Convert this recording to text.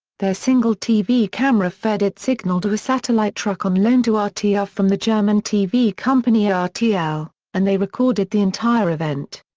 their single tv camera fed its signal to a satellite truck on loan to ah rtr yeah ah from the german tv company ah rtl, and they recorded the entire event.